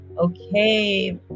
Okay